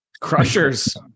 Crushers